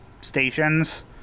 stations